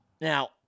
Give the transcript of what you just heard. Now